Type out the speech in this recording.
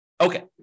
Okay